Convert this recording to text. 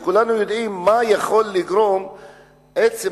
כולנו יודעים למה יכולה לגרום העובדה